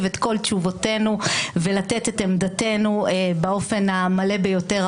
את כל תשובותינו ולתת את עמדתנו באופן המלא ביותר,